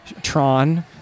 Tron